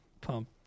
pump